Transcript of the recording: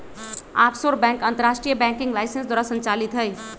offshore bank अंतरराष्ट्रीय banking licence द्वारा संचालित हइ